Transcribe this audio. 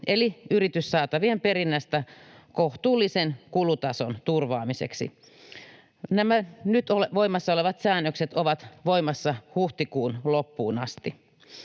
eli yrityssaatavien perinnästä kohtuullisen kulutason turvaamiseksi. Nämä nyt voimassa olevat säännökset ovat voimassa huhtikuun loppuun asti.